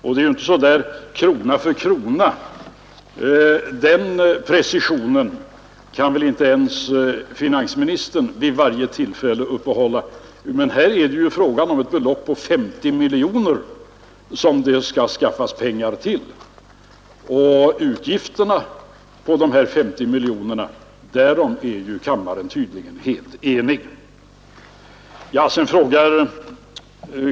En precisering krona för krona kan väl inte ens finansministern vid varje tillfälle prestera, men 50 miljoner kronor skall ju skaffas fram. Utgiften på 50 miljoner kronor är kammaren tydligen helt enig om.